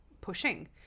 pushing